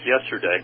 yesterday